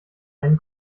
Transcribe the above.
einen